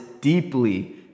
deeply